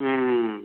ഉം ഉം